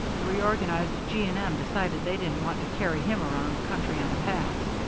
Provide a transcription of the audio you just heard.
the reorganized g. and m. decided they didn't want to carry him around the country on a pass.